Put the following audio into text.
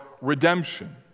redemption